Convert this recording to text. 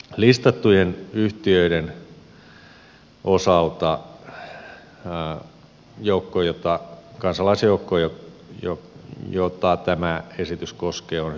listattujen yhtiöiden osalta kansalaisjoukko jota tämä esitys koskee on hyvin laaja